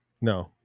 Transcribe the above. No